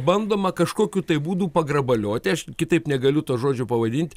bandoma kažkokiu tai būdu pagrabalioti aš kitaip negaliu to žodžiu pavadinti